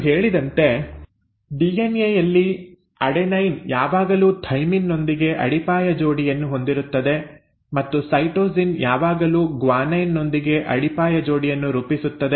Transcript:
ನಾನು ಹೇಳಿದಂತೆ ಡಿಎನ್ಎ ಯಲ್ಲಿ ಅಡೆನೈನ್ ಯಾವಾಗಲೂ ಥೈಮಿನ್ ನೊಂದಿಗೆ ಅಡಿಪಾಯ ಜೋಡಿಯನ್ನು ಹೊಂದಿರುತ್ತದೆ ಮತ್ತು ಸೈಟೋಸಿನ್ ಯಾವಾಗಲೂ ಗ್ವಾನೈನ್ ನೊಂದಿಗೆ ಅಡಿಪಾಯ ಜೋಡಿಯನ್ನು ರೂಪಿಸುತ್ತದೆ